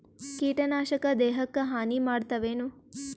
ಕೀಟನಾಶಕ ದೇಹಕ್ಕ ಹಾನಿ ಮಾಡತವೇನು?